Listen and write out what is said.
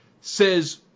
says